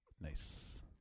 Nice